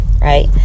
Right